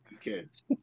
Kids